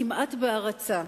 כמעט בהערצה,